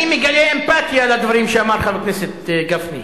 אני מגלה אמפתיה לדברים שאמר חבר הכנסת גפני,